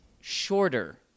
shorter